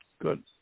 Good